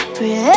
Pray